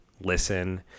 listen